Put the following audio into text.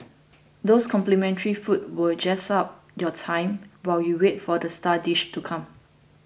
those complimentary foods will jazz up your time while you wait for the star dishes to come